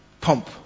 pump